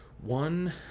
One